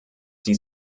die